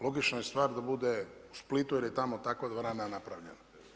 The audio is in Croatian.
Logična je stvar da bude u Splitu jer je tamo takva dvorana napravljena.